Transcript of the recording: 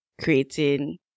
creating